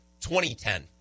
2010